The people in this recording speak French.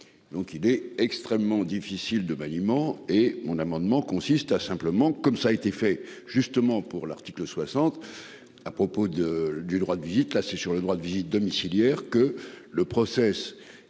Donc il est extrêmement difficile de maniement et mon amendement consiste à simplement comme ça a été fait justement pour l'article 60. À propos de, du droit de visite là c'est sur le droit de visite domiciliaire que le process